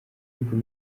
urwo